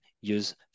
use